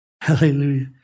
Hallelujah